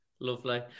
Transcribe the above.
Lovely